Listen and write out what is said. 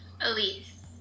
Elise